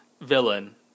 villain